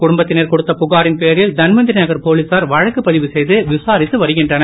குடும்பத்தினர் கொடுத்த புகாரின் பேரில் தன்வந்தரி நகர் போலீசார் வழக்கு பதிவுசெய்து விசாரித்து வருகின்றனர்